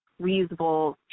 reusable